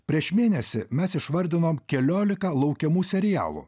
prieš mėnesį mes išvardinom keliolika laukiamų serialų